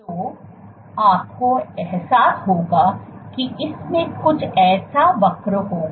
तो आपको एहसास होगा कि इसमें कुछ ऐसा वक्र होगा